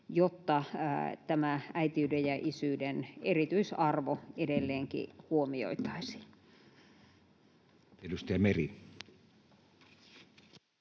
jotta tämä äitiyden ja isyyden erityisarvo edelleenkin huomioitaisiin. [Speech